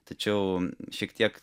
tačiau šiek tiek